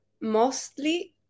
mostly